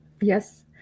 Yes